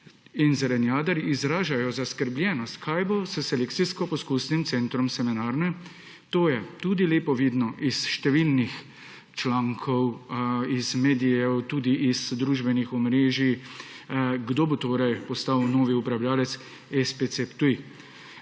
in zelenjadarji izražajo zaskrbljenost, kaj bo s Selekcijsko-poskusnim centrom Semenarne – to je lepo vidno tudi iz številnih člankov, iz medijev, tudi z družbenih omrežij – kdo bo postal novi upravljavec SPC Ptuj.